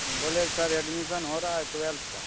बोले sir admission हो रहा है ट्वेल्थ का